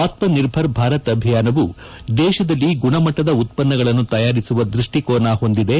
ಆತ್ಪನಿರ್ಭರ್ ಭಾರತ ಅಭಿಯಾನವು ದೇಶದಲ್ಲಿ ಗುಣಮಟ್ಟದ ಉತ್ಪನ್ನಗಳನ್ನು ತಯಾರಿಸುವ ದೃಷ್ಟಿಕೋನ ಹೊಂದಿದೆ